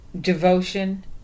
devotion